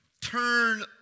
turn